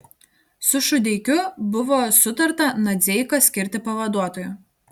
su šudeikiu buvo sutarta nadzeiką skirti pavaduotoju